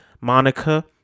Monica